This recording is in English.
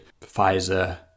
Pfizer